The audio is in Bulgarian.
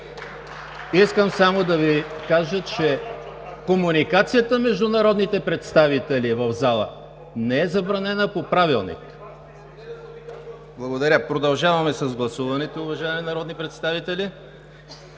Искам само да Ви кажа, че комуникацията между народните представители в зала не е забранена по Правилник. Благодаря. Продължаваме с гласуването, уважаеми народни представители.